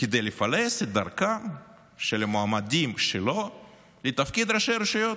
כדי לפלס את דרכם של מועמדים שלו לתפקיד ראשי רשויות.